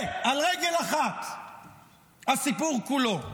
זה על רגל אחת הסיפור כולו,